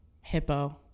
Hippo